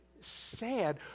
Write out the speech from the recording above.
sad